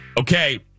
Okay